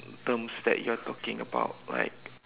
terms that you are talking about like